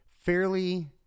fairly